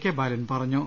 K Balan പറഞ്ഞു